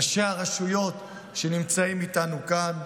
ראשי הרשויות שנמצאים איתנו כאן,